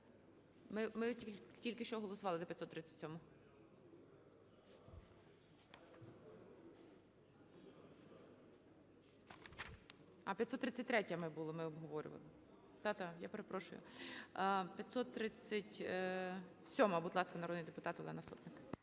Ми тільки що голосували за 537-у. А, 533-ю ми обговорювали. Да, да, я перепрошую. 537-а. Будь ласка, народний депутат Олена Сотник.